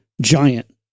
giant